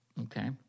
Okay